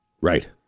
right